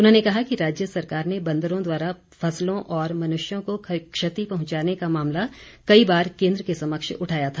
उन्होंने कहा राज्य सरकार ने बंदरों द्वारा फसलों व मनुष्य को क्षति पहुंचाने का मामला कई बार केंद्र के समक्ष उठाया था